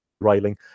railing